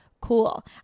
cool